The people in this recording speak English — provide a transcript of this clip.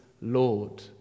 Lord